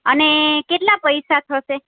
અને કેટલા પૈસા થશે